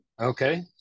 Okay